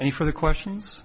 and you for the questions